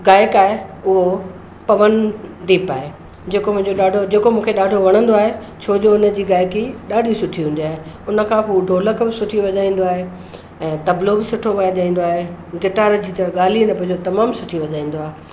गायक आहे उहो पवनदीप आहे जेको मुंहिंजो ॾाढो जेको मूंखे ॾाढो वणंदो आहे छोजो उन जी गायकी ॾाढी सुठी हूंदी आहे उन खां पोइ हू ढोलक बि सुठी वॼाईंदो आहे ऐं तबलो बि सुठो वॼाईंदो आहे गिटार जी त ॻाल्हि ई न पुछो तमामु सुठी वॼाईंदो आहे